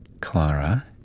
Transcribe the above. Clara